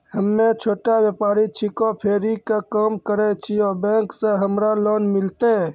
हम्मे छोटा व्यपारी छिकौं, फेरी के काम करे छियै, बैंक से हमरा लोन मिलतै?